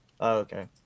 okay